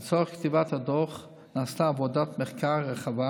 לצורך כתיבת הדוח נעשתה עבודת מחקר רחבה